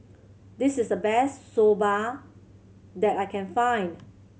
this is the best Soba that I can find